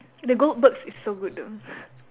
the Goldbergs is so good though